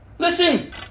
Listen